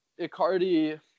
Icardi